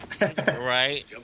Right